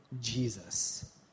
Jesus